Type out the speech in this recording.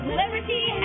liberty